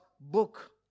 book